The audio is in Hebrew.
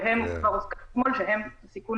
ולגביהם כבר הוזכר אתמול שהם בסיכון